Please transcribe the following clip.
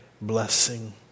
blessing